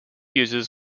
uses